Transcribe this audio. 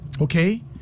Okay